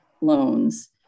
loans